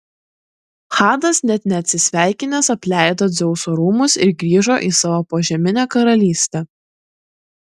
hadas net neatsisveikinęs apleido dzeuso rūmus ir grįžo į savo požeminę karalystę